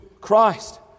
Christ